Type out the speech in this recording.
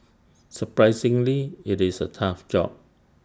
surprisingly IT is A tough job